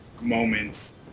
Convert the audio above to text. moments